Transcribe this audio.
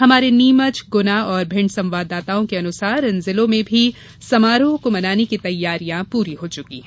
हमारे नीमचगना और भिण्ड संवाददाताओं के अनुसार इन जिलों में भी समारोह को मनाने की तैयारियां पूरी हो चुकी हैं